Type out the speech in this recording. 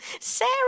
Sarah